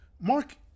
Mark